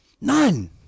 None